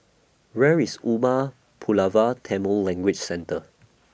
Where IS Umar Pulavar Tamil Language Centre